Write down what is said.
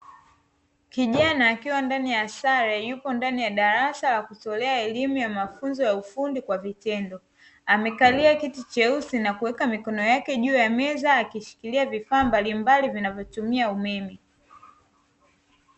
Kijana akiwa ndani ya sare yuko ndani ya darasa la kutoa elimu ya mafunzo ya ufundi kwa vitendo. Amekalia kiti cheusi na kuweka mikono yake juu ya meza akishikilia vifaa mbalimbali vinavyotumia umeme.